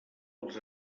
als